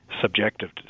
subjective